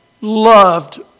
loved